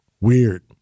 Weird